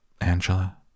Angela